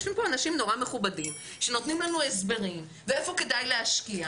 יושבים פה אנשים מכובדים מאוד שנותנים לנו הסברים ואיפה כדאי להשקיע